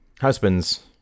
Husbands